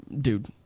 dude